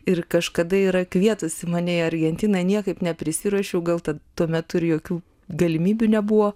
ir kažkada yra kvietusi mane į argentiną niekaip neprisiruošiau gal tad tuo metu ir jokių galimybių nebuvo